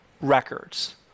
records